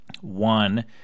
one